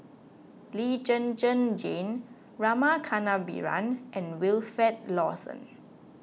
Lee Zhen Zhen Jane Rama Kannabiran and Wilfed Lawson